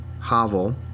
Havel